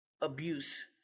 abuse